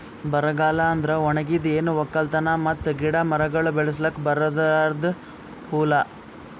ಬರಗಾಲ ಅಂದುರ್ ಒಣಗಿದ್, ಏನು ಒಕ್ಕಲತನ ಮತ್ತ ಗಿಡ ಮರಗೊಳ್ ಬೆಳಸುಕ್ ಬರಲಾರ್ದು ಹೂಲಾ